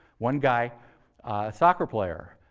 one guy, a soccer player,